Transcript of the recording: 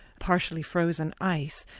partially frozen ice,